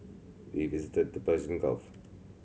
we visited the Persian Gulf